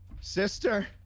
Sister